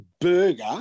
burger